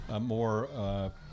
more